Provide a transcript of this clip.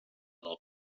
del